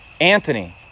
Anthony